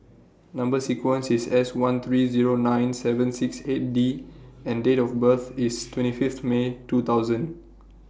Number sequence IS S one three Zero nine seven six eight D and Date of birth IS twenty Fifth May two thousand